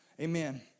Amen